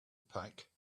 pack